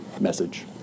message